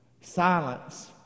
Silence